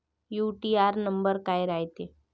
UTR number काय रायते?